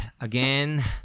Again